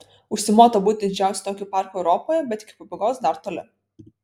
užsimota būti didžiausiu tokiu parku europoje bet iki pabaigos dar toli